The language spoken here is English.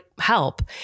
help